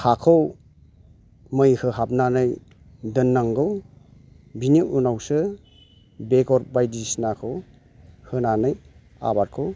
हाखौ मै होहाबनानै दोन्नांगौ बिनि उनावसो बेगर बायदिसिनाखौ फोनानै आबादखौ